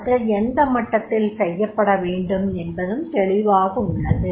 அவற்றை எந்த மட்டத்தில் செய்யப்பட வேண்டும் என்பதும் தெளிவாக உள்ளது